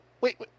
wait